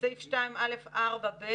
בסעיף 2(א)(4)(ב),